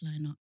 lineup